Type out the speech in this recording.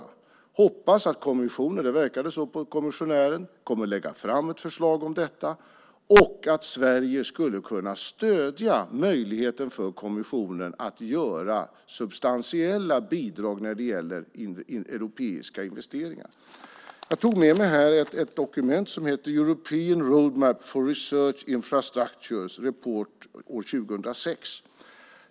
Jag hoppas att kommissionen - det verkade så på kommissionären - kommer att lägga fram ett förslag om detta. Sverige skulle kunna stödja möjligheten för kommissionen att ge substantiella bidrag när det gäller europeiska investeringar. Jag tog med mig ett dokument som heter European Road Map for Research Infrastructures . Report , 2006.